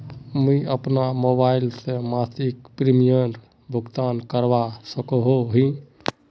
मुई अपना मोबाईल से मासिक प्रीमियमेर भुगतान करवा सकोहो ही?